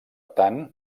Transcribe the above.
tant